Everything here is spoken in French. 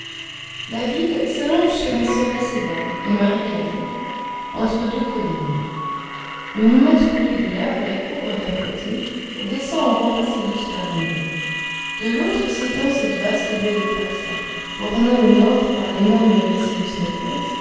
la ville s'allonge sur un sol assez bas et marécageux entre deux collines une immense coulée de laves la couvre d'un côté et descend en rampes assez douces vers la mer de l'autre s'étend cette vaste baie de faxa bornée au nord par l'énorme glacier du